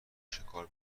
شکار